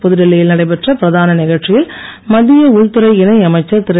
புதுடில்லியில் நடைபெற்ற பிரதான நிகழ்ச்சியில் மத்திய உள்துறை இணை அமைச்சர் திரு